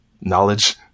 knowledge-